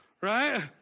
right